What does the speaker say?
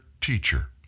Teacher